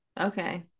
Okay